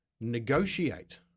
negotiate